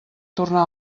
tornar